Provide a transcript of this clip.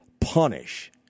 punish